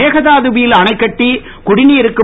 மேகதாதுவில் அணை கட்டி குடிநீருக்கும்